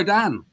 Dan